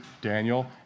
Daniel